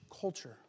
culture